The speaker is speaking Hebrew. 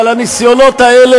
אבל הניסיונות האלה,